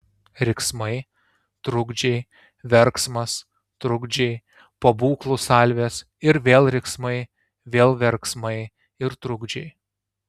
riksmai trukdžiai verksmas trukdžiai pabūklų salvės ir vėl riksmai vėl verksmai ir trukdžiai